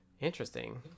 Interesting